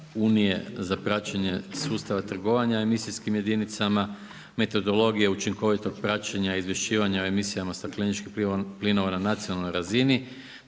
za praćenje sustava trgovanja emisijskim jedinicama, metodologije učinkovitog praćenja i izvješćivanja o emisijama stakleničkih plinova na nacionalnoj razini,